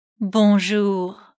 Bonjour